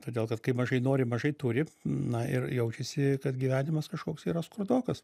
todėl kad kai mažai nori mažai turi na ir jaučiasi kad gyvenimas kažkoks yra skurdokas